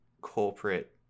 corporate